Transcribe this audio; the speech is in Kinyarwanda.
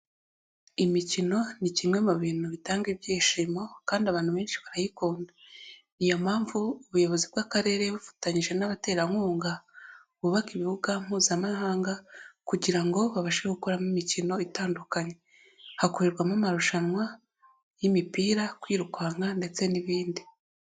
Imikino ni kimwe mu bintu bitanga ibyishimo kandi abantu benshi barayikunda, ni iyo mpamvu ubuyobozi bw'akarere bufatanyije n'abaterankunga bubaka ibibuga mpuzamahanga, kugira ngo babashe gukoreramo imikino itandukanye, hakorerwamo amarushanwa y'imipira, kwirukanka ndetse n'ibindi.